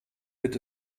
wird